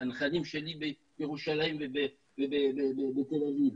הנכדים שלי בירושלים ובתל אביב,